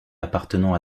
appartenant